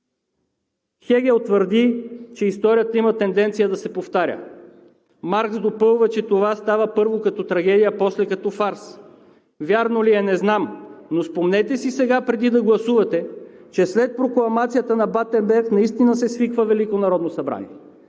Хегел твърди, че историята има тенденция да се повтаря. Маркс допълва, че това става първо като трагедия, а после като фарс. Вярно ли е не знам, но сега си спомнете, преди да гласувате, че след прокламацията на Батенберг наистина се свиква Велико народно събрание